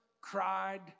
cried